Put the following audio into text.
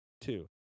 Two